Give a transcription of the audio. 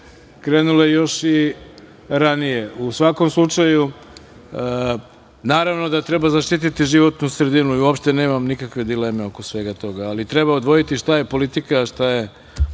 krenule još i ranije.U svakom slučaju, naravno da treba zaštititi životnu sredinu. Uopšte nemam nikakve dileme oko svega toga, ali treba odvojiti šta je politika a šta je zaista